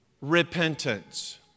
repentance